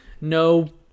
no